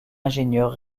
ingénieur